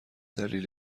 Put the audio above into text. دلیل